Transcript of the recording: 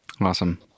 Awesome